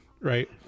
right